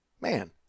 Man